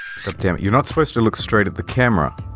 goddammit, you're not supposed to look straight at the camera.